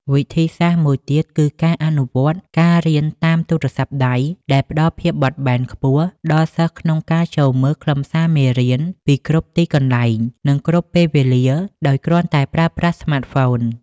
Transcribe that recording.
វិធីសាស្ត្រមួយទៀតគឺការអនុវត្ត ការរៀនតាមទូរសព្ទដៃ ដែលផ្តល់ភាពបត់បែនខ្ពស់ដល់សិស្សក្នុងការចូលមើលខ្លឹមសារមេរៀនពីគ្រប់ទីកន្លែង និងគ្រប់ពេលវេលាដោយគ្រាន់តែប្រើប្រាស់ស្មាតហ្វូន។